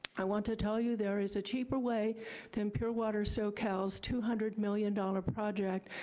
i want to tell you there is a cheaper way than pure water socal's two hundred million dollars project,